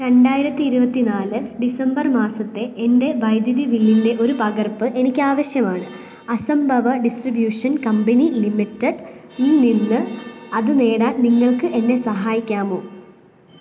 രണ്ടായിരത്തി ഇരുപത്തി നാല് ഡിസംബർ മാസത്തെ എൻ്റെ വൈദ്യുതി ബില്ലിൻ്റെ ഒരു പകർപ്പ് എനിക്ക് ആവശ്യമാണ് അസം പവർ ഡിസ്ട്രിബ്യൂഷൻ കമ്പനി ലിമിറ്റഡിൽ നിന്ന് അത് നേടാൻ നിങ്ങൾക്ക് എന്നെ സഹായിക്കാമോ